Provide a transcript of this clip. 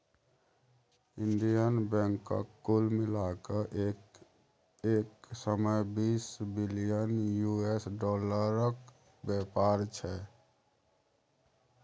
Indian बैंकक कुल मिला कए एक सय बीस बिलियन यु.एस डालरक बेपार छै